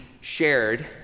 shared